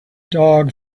dog